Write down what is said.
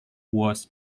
was